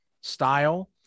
style